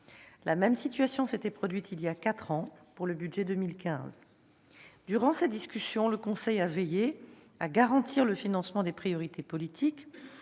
La même situation s'était produite voilà quatre ans pour le budget de 2015. Durant cette discussion, le Conseil a veillé à garantir le financement des priorités politiques,